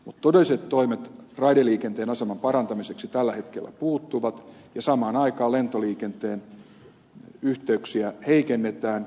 todelliset toimet raideliikenteen aseman parantamiseksi tällä hetkellä puuttuvat ja samaan aikaan lentoliikenteen yhteyksiä heikennetään